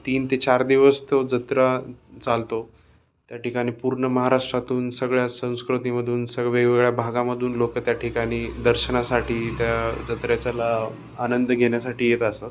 तीन ते चार दिवस तो जत्रा चालतो त्या ठिकाणी पूर्ण महाराष्ट्रातून सगळ्या संस्कृतीमधून सग वेगवेगळ्या भागामधून लोकं त्या ठिकाणी दर्शनासाठी त्या जत्रेचाला आनंद घेण्यासाठी येत असतात